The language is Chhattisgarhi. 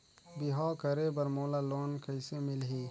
बिहाव करे बर मोला लोन कइसे मिलही?